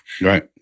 Right